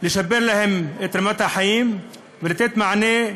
לשפר להן את רמת החיים ולתת מענה,